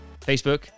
Facebook